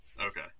okay